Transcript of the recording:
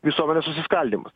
visuomenės susiskaldymas